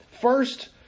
First